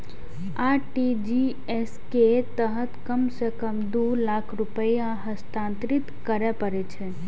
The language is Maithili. आर.टी.जी.एस के तहत कम सं कम दू लाख रुपैया हस्तांतरित करय पड़ै छै